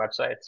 websites